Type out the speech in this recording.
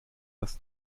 das